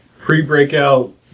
pre-breakout